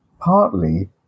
partly